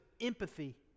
empathy